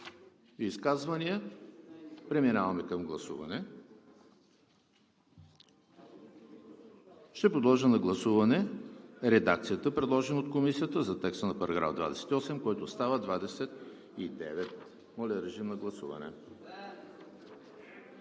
изказвания, преминаваме към гласуване. Ще подложа на гласуване редакцията, предложена от Комисията, за текста на § 28, който става § 29. Гласували